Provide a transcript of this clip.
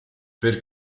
per